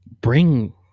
bring